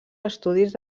estudis